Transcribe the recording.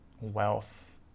wealth